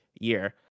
year